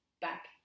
back